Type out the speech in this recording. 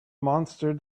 monster